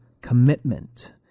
commitment